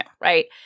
right